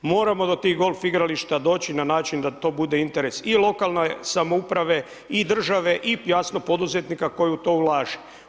Moramo do tih golf igrališta doći na način da to bude interes i lokalne samouprave i države i jasno, poduzetnika koji u to ulaže.